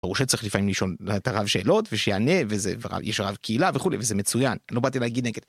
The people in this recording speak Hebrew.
ברור שצריך לפעמים לשאול את הרב שאלות ושיענה וזה יש רב קהילה וכולי וזה מצוין לא באתי להגיד נגד.